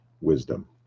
Wisdom